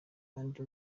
kandi